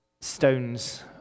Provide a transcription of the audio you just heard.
stones